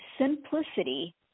simplicity